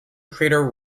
crater